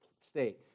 state